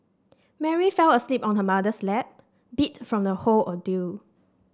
Mary fell asleep on her mother's lap beat from the whole ordeal